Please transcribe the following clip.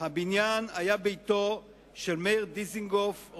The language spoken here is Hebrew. הבניין היה ביתו של מאיר דיזנגוף,